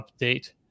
update